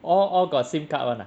all all got SIM card [one] ah